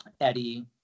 Eddie